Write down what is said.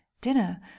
Dinner